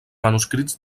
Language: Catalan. manuscrits